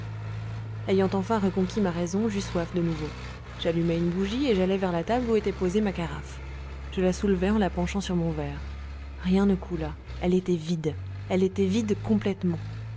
ayant enfin reconquis ma raison j'eus soif de nouveau j'allumai une bougie et j'allai vers la table où était posée ma carafe je la soulevai en la penchant sur mon verre rien ne coula elle était vide elle était vide complètement